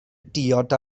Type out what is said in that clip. diod